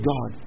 God